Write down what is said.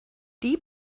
die